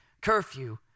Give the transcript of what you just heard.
curfew